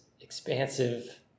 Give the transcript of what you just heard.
expansive